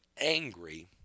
angry